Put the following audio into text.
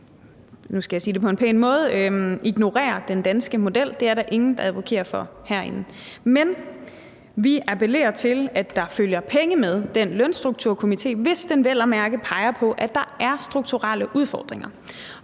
ignorere den danske arbejdsmarkedsmodel; det er der ingen der advokerer for herinde. Men vi appellerer til, at der følger penge med den Lønstrukturkomité, hvis den vel at mærke peger på, at der er strukturelle udfordringer.